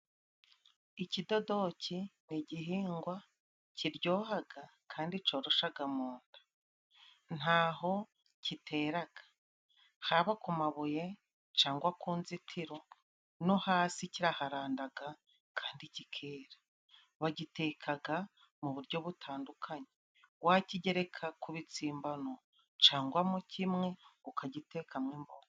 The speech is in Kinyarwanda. Ikidodoki ni igihingwa kiryohaga kandi coroshaga mu nda. Ntaho kiteraga haba ku mabuye cangwa ku nzitiro no hasi kiraharandaga kandi kikera. Bagitekaga mu buryo butandukanye, wakigereka ku bitsimbano cangwa mo kimwe ukagitekamo imboga.